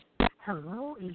Hello